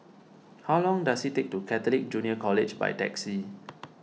how long does it take to get to Catholic Junior College by taxi